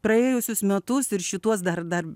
praėjusius metus ir šituos dar dar